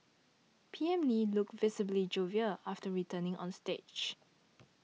P M Lee looked visibly jovial after returning on stage